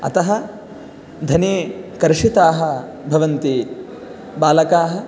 अतः धने कर्षिताः भवन्ति बालकाः